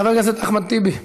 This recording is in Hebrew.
חבר הכנסת אחמד טיבי.